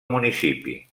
municipi